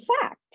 fact